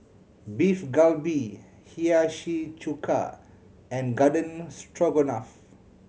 Beef Galbi Hiyashi Chuka and Garden Stroganoff